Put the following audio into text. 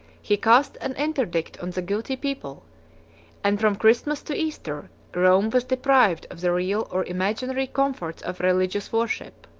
he cast an interdict on the guilty people and from christmas to easter, rome was deprived of the real or imaginary comforts of religious worship.